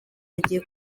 agiye